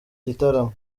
gitaramo